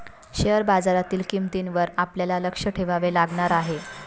share बाजारातील किंमतींवर आपल्याला लक्ष ठेवावे लागणार आहे